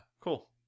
Cool